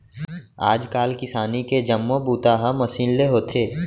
आज काल किसानी के जम्मो बूता ह मसीन ले होथे